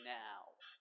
now